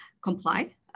comply